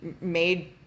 made